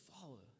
follow